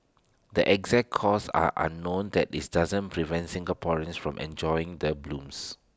the exact cause are unknown that is doesn't prevent Singaporeans from enjoying the blooms